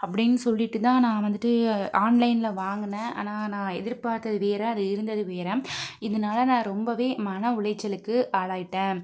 அப்படின்னு சொல்லிட்டுதான் நான் வந்துட்டு ஆன்லைன்ல வாங்குனேன் ஆனால் நான் எதிர்பார்த்தது வேற அதில் இருந்தது வேற இதனால நான் ரொம்பவே மனஉளைச்சலுக்கு ஆளாகிட்டேன்